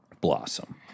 Blossom